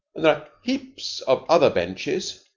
and there are heaps of other benches.